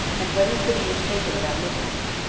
and when the city was taken about midnight,